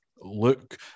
look